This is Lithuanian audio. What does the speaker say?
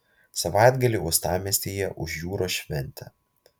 savaitgalį uostamiestyje ūš jūros šventė